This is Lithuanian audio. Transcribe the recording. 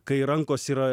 kai rankos yra